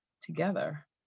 together